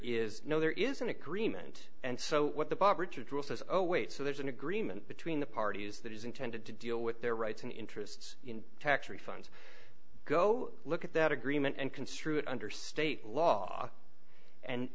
is no there is an agreement and so what the bob richards rule says oh wait so there's an agreement between the parties that is intended to deal with their rights and interests in tax refunds go look at that agreement and construe it under state law and